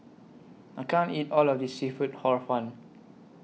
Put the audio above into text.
I can't eat All of This Seafood Hor Fun